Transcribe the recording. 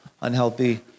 unhealthy